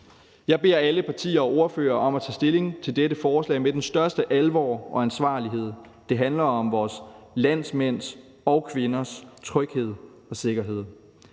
Jeg beder alle partier og ordførere om at tage stilling til dette forslag med den største alvor og ansvarlighed. Det handler om vores landsmænds og -kvinders tryghed og sikkerhed.